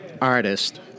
artist